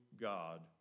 God